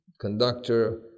Conductor